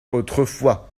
autrefois